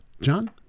John